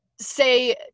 say